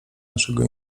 naszego